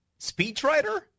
speechwriter